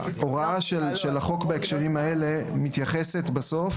ההוראה של החוק בהקשרים האלה מתייחסת בסוף